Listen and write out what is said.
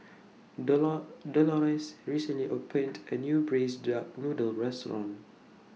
dolor Dolores recently opened A New Braised Duck Noodle Restaurant